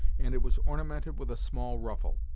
and it was ornamented with a small ruffle.